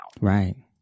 Right